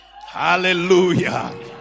hallelujah